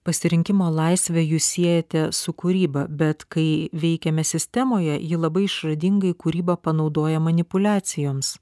pasirinkimo laisvę jūs siejate su kūryba bet kai veikiame sistemoje ji labai išradingai kūryba panaudoja manipuliacijoms